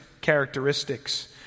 characteristics